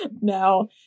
No